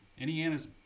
Indiana's